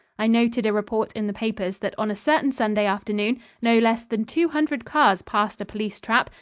i noted a report in the papers that on a certain sunday afternoon no less than two hundred cars passed a police trap,